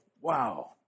wow